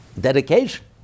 dedication